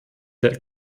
der